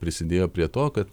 prisidėjo prie to kad